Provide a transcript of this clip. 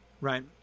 right